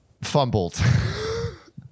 fumbled